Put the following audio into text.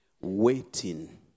waiting